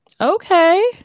Okay